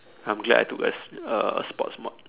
I'm glad I took a a sports mod